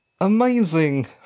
amazing